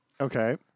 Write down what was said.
okay